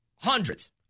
Hundreds